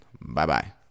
Bye-bye